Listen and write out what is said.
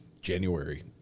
January